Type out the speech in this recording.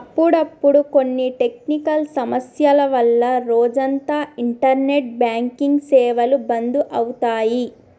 అప్పుడప్పుడు కొన్ని టెక్నికల్ సమస్యల వల్ల రోజంతా ఇంటర్నెట్ బ్యాంకింగ్ సేవలు బంధు అవుతాయి